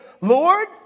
Lord